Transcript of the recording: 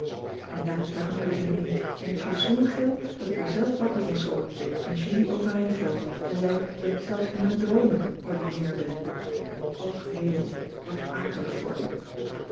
en daar tuimelde ze heen en ik gaf zoo'n gil dat ik er zelf wakker van schrok en julie overeind vloog en zei dat ik zelfs in mijn droomen ordinair ben och hemeltje wat